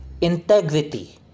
integrity